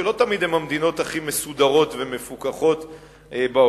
שלא תמיד הן המדינות הכי מסודרות ומפוקחות בעולם,